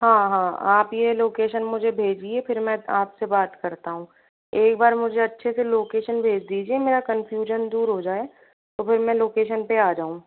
हाँ हाँ आप यह लोकेशन मुझे भेजिए फिर मैं आप से बात करता हूँ एक बार मुझे अच्छे से लोकेशन भेज दीजिए मेरा कन्फ़्युजन दूर हो जाए तो फिर मैं लोकेशन पर आ जाऊँ